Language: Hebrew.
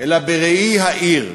אלא בראי העיר: